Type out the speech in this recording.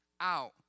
out